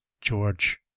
George